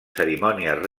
cerimònies